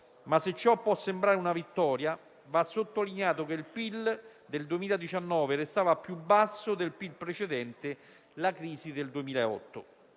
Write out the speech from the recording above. se ciò può sembrare una vittoria, va sottolineato che il PIL del 2019 restava più basso del PIL precedente la crisi del 2008.